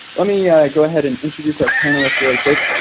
let me go ahead and introduce our panelists really quick.